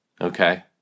Okay